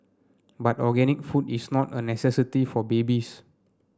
but organic food is not a necessity for babies